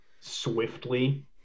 swiftly